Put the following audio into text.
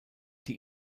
die